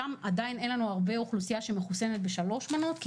שם עדיין אין לנו הרבה אוכלוסייה שמחוסנת בשלוש מנות כי